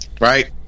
right